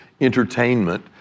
entertainment